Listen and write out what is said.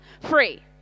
free